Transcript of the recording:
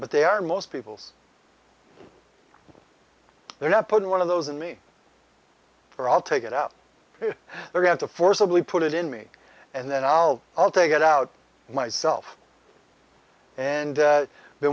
but they are most people's they're not putting one of those in me for i'll take it out they're going to forcibly put it in me and then i'll i'll take it out myself and